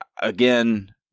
Again